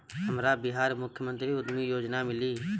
हमरा बिहार मुख्यमंत्री उद्यमी योजना मिली?